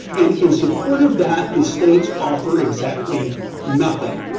and in support of that, the states offer exactly nothing.